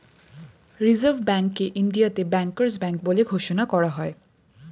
reserve ব্যাঙ্ককে ইন্ডিয়াতে bankers bank বলে ঘোষণা করা হয়